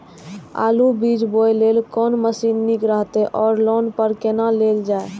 आलु बीज बोय लेल कोन मशीन निक रहैत ओर लोन पर केना लेल जाय?